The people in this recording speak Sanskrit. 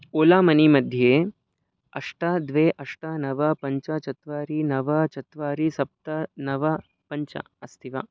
ओला मनी मध्ये अष्ट द्वे अष्ट नव पञ्च चत्वारि नव चत्वारि सप्त नव पञ्च अस्ति वा